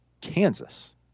Kansas